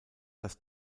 das